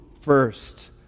first